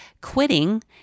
Quitting